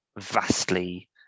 vastly